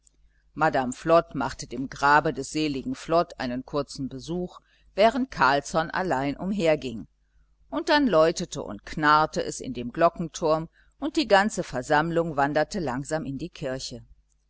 madame flod machte dem grabe des seligen flod einen kurzen besuch während carlsson allein umherging und dann läutete und knarrte es in dem glockenturm und die ganze versammlung wanderte langsam in die kirche